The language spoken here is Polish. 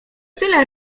tyle